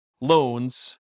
loans